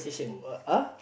oh uh ah